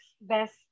best